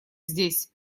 здесь